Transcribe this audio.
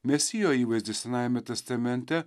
mesijo įvaizdis senajame testamente